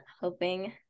hoping